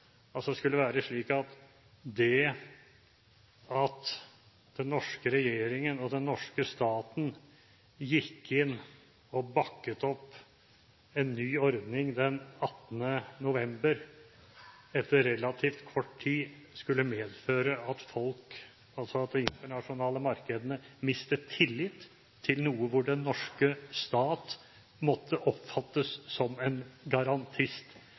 altså saksbehandlingen om det skulle være slik at det at den norske regjeringen og den norske staten gikk inn og bakket opp en ny ordning den 18. november i år, etter relativt kort tid skulle medføre at de internasjonale markedene mistet tillit til noe den norske stat måtte oppfattes å være en garantist